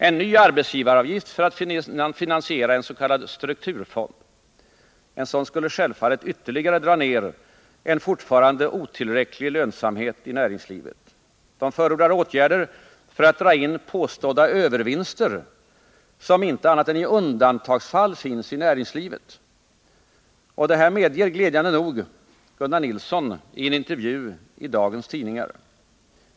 En ny arbetsgivaravgift för att finansiera en s.k. strukturfond. En sådan skulle självfallet ytterligare dra ned en fortfarande otillräcklig lönsamhet inom näringslivet. De förordar åtgärder för att dra in påstådda övervinster, som inte annat än i undantagsfall finnsi näringslivet. Detta medger glädjande nog Gunnar Nilsson i en intervju i dagens tidningar.